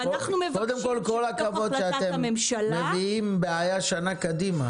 קודם כל, כל הכבוד שאתם מביאים בעיה שנה קדימה.